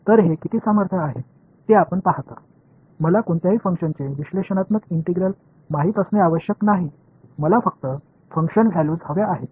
तर हे किती सामर्थ्य आहे ते आपण पाहता मला कोणत्याही फंक्शनचे विश्लेषणात्मक इंटिग्रल माहित असणे आवश्यक नाही मला फक्त फंक्शन व्हॅल्यूज हव्या आहेत